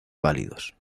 pálidos